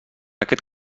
aquest